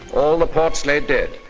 all the ports lay dead,